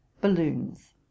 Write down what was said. balloons